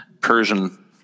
Persian